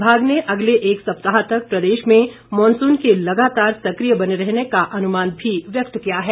विभाग ने अगले एक सप्ताह तक प्रदेश में मॉनसून के लगातार सक्रिय बने रहने का अनुमान भी व्यक्त किया है